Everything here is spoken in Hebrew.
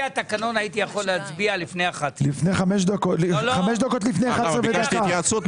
התקנון הייתי יכול להצביע לפני 11:00. חמש דקות לפני אחת-עשרה ודקה.